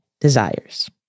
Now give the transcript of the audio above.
desires